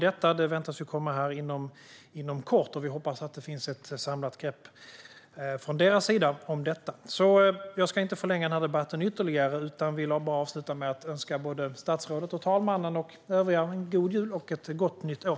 Det väntas komma inom kort, och vi hoppas att det finns ett samlat grepp från deras sida. Jag ska inte förlänga debatten ytterligare. I stället avslutar jag med att önska statsrådet, fru talmannen och övriga en god jul och ett gott nytt år.